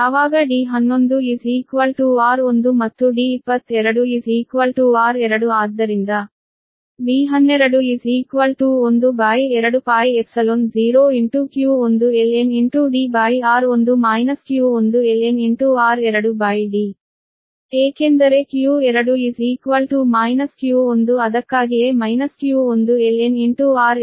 ಯಾವಾಗ D11 r1 ಮತ್ತು D22 r2 ಆದ್ದರಿಂದ V12 12π0q1ln Dr1 q1ln ಏಕೆಂದರೆ q2 q1 ಅದಕ್ಕಾಗಿಯೇ ಮೈನಸ್ q1ln ವೋಲ್ಟ್